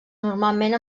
normalment